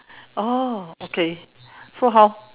oh okay so how